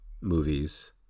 movies